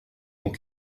mon